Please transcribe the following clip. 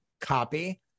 copy